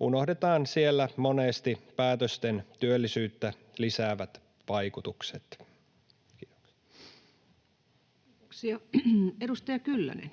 unohdetaan siellä monesti päätösten työllisyyttä lisäävät vaikutukset. Kiitoksia. — Edustaja Kyllönen.